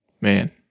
man